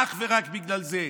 אך ורק בגלל זה.